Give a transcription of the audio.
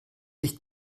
ich